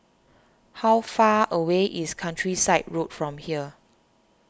how far away is Countryside Road from here